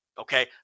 Okay